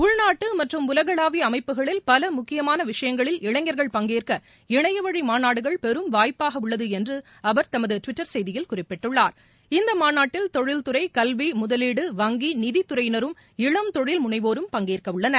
உள்நாட்டு மற்றும் உலகளாவிய அமைப்புகளில் பல முக்கியமான விஷயங்களில் இளைஞர்கள் பங்கேற்க இணையவழி மாநாடுகள் பெரும் வாய்ப்பாக உள்ளது என்று அவர் தமது டுவிட்டர் செய்தியில் குறிப்பிட்டுள்ளார் இந்த மாநாட்டில் தொழில்துறை கல்வி முதலீடு வங்கி நிதித் துறையினரும் இளம் தொழில் முனைவோரும் பங்கேற்க உள்ளனர்